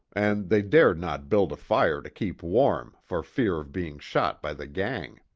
and they dared not build a fire to keep warm, for fear of being shot by the gang.